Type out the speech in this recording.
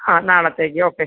ആ നാളത്തേക്ക് ഓക്കെ